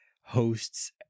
hosts